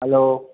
hello